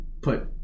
put